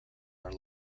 are